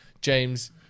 James